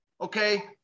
Okay